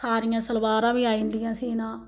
सारियां सलवारां बी आई जंदियां सीनां